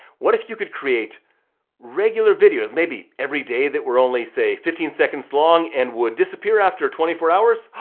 what if you could create regular videos, maybe everyday that were only say, fifteen seconds long, and would disappear after twenty four hours.